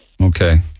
Okay